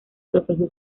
profesó